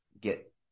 get